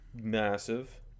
massive